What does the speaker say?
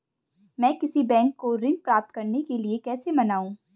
मैं किसी बैंक को ऋण प्राप्त करने के लिए कैसे मनाऊं?